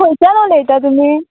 खंयच्यान उलयता तुमी